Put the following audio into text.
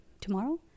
tomorrow